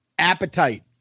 Appetite